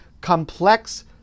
complex